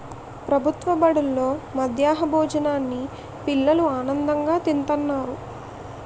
ప్రభుత్వ బడుల్లో మధ్యాహ్నం భోజనాన్ని పిల్లలు ఆనందంగా తింతన్నారు